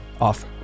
off